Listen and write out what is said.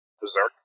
Berserk